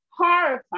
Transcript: horrifying